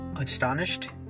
astonished